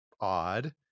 odd